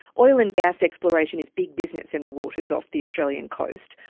oil and gas exploration is big business in the waters off the australian coast.